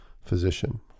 physician